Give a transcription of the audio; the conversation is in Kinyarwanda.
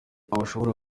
hashobora